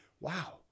wow